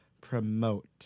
promote